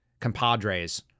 compadres